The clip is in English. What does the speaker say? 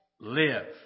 live